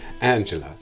Angela